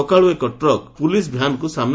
ସକାଳୁ ଏକ truck police ଭ୍ୟାନ୍କୁ ସାମୁ